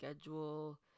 schedule